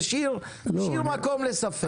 תשאיר מקום לספק.